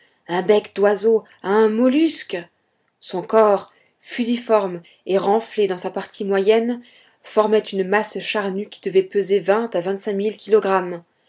un bec d'oiseau à un mollusque son corps fusiforme et renflé dans sa partie moyenne formait une masse charnue qui devait peser vingt à vingt-cinq mille kilogrammes